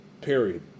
Period